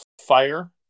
fire